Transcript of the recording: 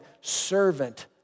servant